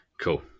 Cool